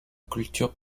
culture